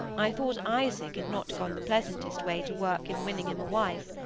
i thought isaac had not gone the pleasantest way to work in winning him a wife.